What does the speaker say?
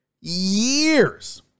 years